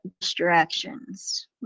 distractions